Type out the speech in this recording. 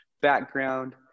background